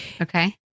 Okay